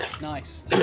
Nice